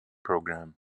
program